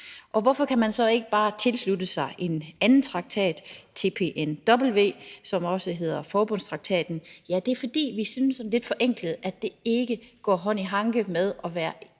Hvorfor kan man så ikke bare tilslutte sig en anden traktat, TPNW, som også kaldes forbudstraktaten? Ja, det er, fordi vi synes – sådan lidt forenklet – at det ikke går hånd i hånd med at være et